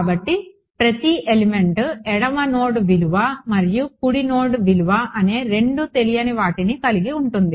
కాబట్టి ప్రతి ఎలిమెంట్ ఎడమ నోడ్ విలువ మరియు కుడి నోడ్ విలువ అనే రెండు తెలియని వాటిని కలిగి ఉంటుంది